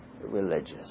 religious